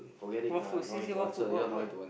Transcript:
what food see see what food what what